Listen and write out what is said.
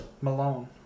Malone